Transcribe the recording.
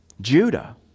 Judah